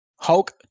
Hulk